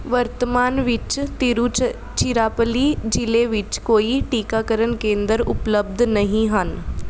ਵਰਤਮਾਨ ਵਿੱਚ ਤਿਰੁਚ ਤਿਰੁਚਿਰਾਪੱਲੀ ਜ਼ਿਲ੍ਹੇ ਵਿੱਚ ਕੋਈ ਟੀਕਾਕਰਨ ਕੇਂਦਰ ਉਪਲਬਧ ਨਹੀਂ ਹਨ